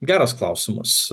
geras klausimas